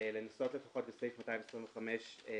לנסות לפחות סעיף 225(ב)